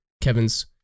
Kevin's